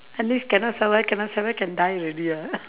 at least cannot survive cannot survive can die already ah